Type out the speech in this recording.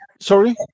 Sorry